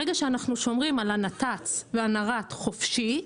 ברגע שאנחנו שומרים על הנת"צ והנר"ת חופשי,